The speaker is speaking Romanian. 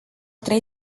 trei